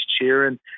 cheering